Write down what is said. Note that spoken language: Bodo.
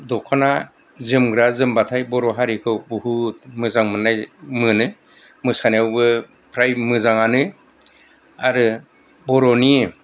दख'ना जोमग्रा जोमब्लाथाय बर' हारिखौ बहुद मोजां मोननाय मोनो मोसानायावबो फ्राय मोजाङानो आरो बर'नि